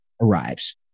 arrives